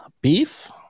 beef